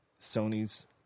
Sony's